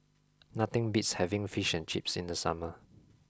nothing beats having Fish and Chips in the summer